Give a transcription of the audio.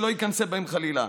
שלא ייכנסו בהם חלילה.